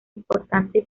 importante